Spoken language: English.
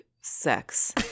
sex